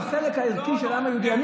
בחלק הערכי של העם היהודי.